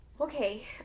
okay